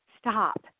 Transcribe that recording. Stop